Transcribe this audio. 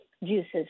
juices